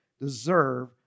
deserve